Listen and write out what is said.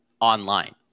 online